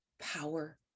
power